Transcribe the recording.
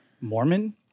Mormon